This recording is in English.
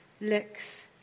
looks